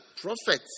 prophets